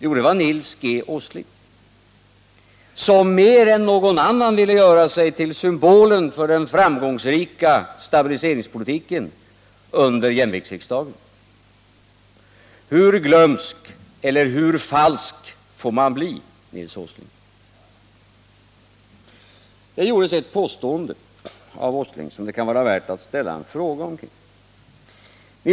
Jo, det var Nils G. Åsling, som mer än någon annan ville göra sig till symbolen för den framgångsrika stabiliseringspolitiken under jämviktsriksdagen. Hur glömsk eller hur falsk får man bli, Nils Åsling? Herr Åsling gjorde ett påstående som det kan vara värt att ställa en fråga kring.